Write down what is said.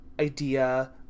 idea